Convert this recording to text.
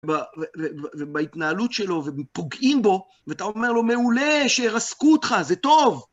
ב..ובתנהלות שלו, ופוגעים בו, ואתה אומר לו, מעולה, שירסקו אותך, זה טוב.